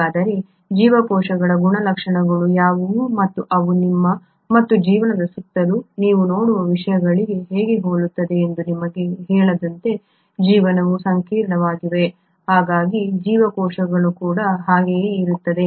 ಹಾಗಾದರೆ ಜೀವಕೋಶಗಳ ಗುಣಲಕ್ಷಣಗಳು ಯಾವುವು ಮತ್ತು ಅವು ನಿಮ್ಮ ಮತ್ತು ಜೀವನದ ಸುತ್ತಲೂ ನೀವು ನೋಡುವ ವಿಷಯಗಳಿಗೆ ಹೇಗೆ ಹೋಲುತ್ತವೆ ನಾನು ನಿಮಗೆ ಹೇಳಿದಂತೆ ಜೀವನವು ಸಂಕೀರ್ಣವಾಗಿದೆ ಆಗಾಗಿ ಜೀವಕೋಶಗಳು ಕೂಡ ಹಾಗೆಯೇ ಇರುತ್ತವೆ